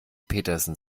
petersen